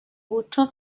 بود، چون